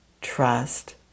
trust